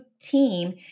team